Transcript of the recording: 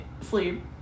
Sleep